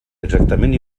exactament